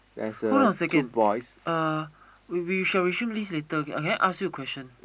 hold on a second uh we we shall resume this later okay let me ask you a question